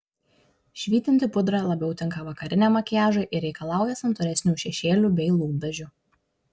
švytinti pudra labiau tinka vakariniam makiažui ir reikalauja santūresnių šešėlių bei lūpdažių